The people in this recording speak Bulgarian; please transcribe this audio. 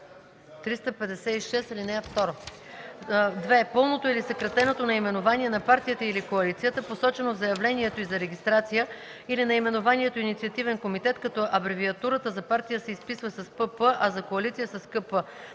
356, ал. 2; 2. пълното или съкратеното наименование на партията или коалицията, посочено в заявлението й за регистрация, или наименованието „Инициативен комитет”, като абревиатурата за партия се изписва с „ПП”, а за коалиция – с